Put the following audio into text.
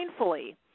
mindfully